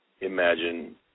imagine